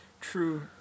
True